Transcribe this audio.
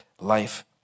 life